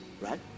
Right